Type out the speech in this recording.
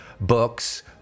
books